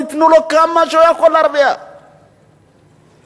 תיתנו לו להרוויח כמה שהוא יכול.